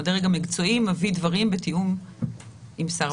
הדרג המקצועי מביא דברים בתיאום עם שר הבריאות.